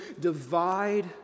divide